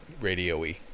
radio-y